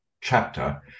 chapter